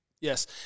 yes